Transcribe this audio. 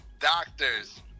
doctors